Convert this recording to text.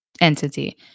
entity